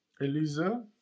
Elisa